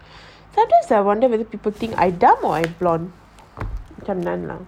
sometimes I wonder whether people think I dumb or I dumb